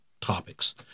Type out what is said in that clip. topics